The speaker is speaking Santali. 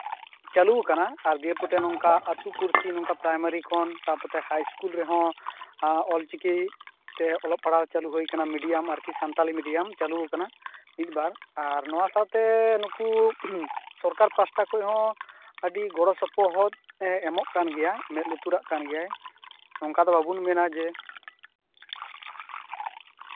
ᱪᱟᱞᱩᱣᱟᱠᱟᱱᱟ ᱫᱤᱭᱮᱯᱚᱛᱮ ᱱᱚᱝᱠᱟ ᱟᱹᱛᱩ ᱯᱩᱲᱥᱤ ᱱᱚᱝᱠᱟ ᱯᱨᱟᱭᱢᱟᱨᱤ ᱠᱷᱚᱱ ᱛᱟᱯᱚᱨᱛᱮ ᱦᱟᱭ ᱥᱠᱩᱞ ᱨᱮᱦᱚᱸ ᱚᱞᱪᱤᱠᱤ ᱛᱮ ᱚᱞᱚᱜ ᱯᱟᱲᱦᱟᱜ ᱪᱟᱞᱩ ᱦᱩᱭ ᱟᱠᱟᱱᱟ ᱢᱤᱰᱤᱭᱟᱢ ᱟᱨᱠᱤ ᱥᱟᱱᱛᱟᱞᱤ ᱢᱤᱰᱤᱭᱟᱢ ᱪᱟᱞᱩᱣᱟᱠᱟᱱᱟ ᱢᱤᱫᱼᱵᱟᱨ ᱟᱨ ᱱᱚᱶᱟ ᱥᱟᱶᱛᱮ ᱱᱩᱠᱩ ᱥᱚᱨᱠᱟᱨ ᱯᱟᱥᱴᱟ ᱥᱮᱫ ᱠᱷᱚᱱ ᱦᱚᱸ ᱟᱹᱰᱤ ᱜᱚᱲᱚᱼᱥᱚᱯᱚᱦᱚᱫ ᱮ ᱮᱢᱚᱜ ᱠᱟᱱ ᱜᱮᱭᱟ ᱢᱮᱸᱫᱼᱞᱩᱛᱩᱨᱟᱜ ᱠᱟᱱ ᱜᱮᱭᱟᱭ ᱱᱚᱝᱠᱟ ᱫᱚ ᱵᱟᱵᱚᱱ ᱢᱮᱱᱟ ᱡᱮ